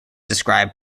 describe